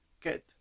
good